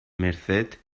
merced